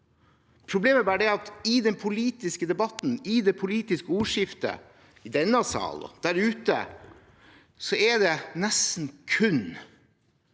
Problemet er bare at i den politiske debatten, i det politiske ordskiftet i denne salen og der ute, er det stort